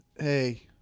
Hey